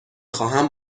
خواهم